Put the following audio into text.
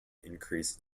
increased